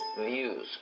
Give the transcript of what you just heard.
views